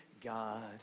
God